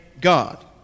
God